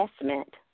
investment